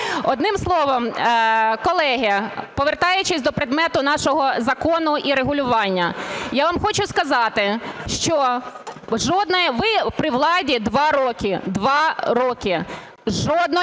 Одним словом, колеги, повертаючись до предмету нашого закону і регулювання. Я вам хочу сказати, що ви при владі 2 роки,